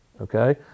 Okay